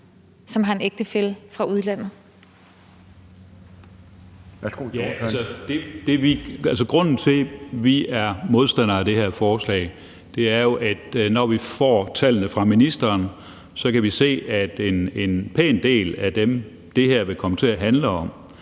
Kl. 12:52 Peter Skaarup (DD): Grunden til, at vi er modstandere af det her forslag, er jo, at når vi får tallene fra ministeren, kan vi se, at en pæn del af dem, som det her vil komme til at handle om,